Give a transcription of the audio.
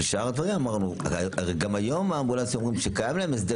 גם היום האמבולנסים אומרים שקיים להם הסדר